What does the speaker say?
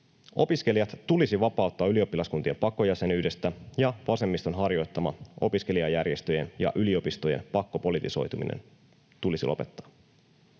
Opiskelijat tulisi vapauttaa ylioppilaskuntien pakkojäsenyydestä, ja vasemmiston harjoittama opiskelijajärjestöjen ja yliopistojen pakkopolitisoituminen tulisi lopettaa.